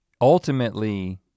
ultimately